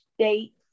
state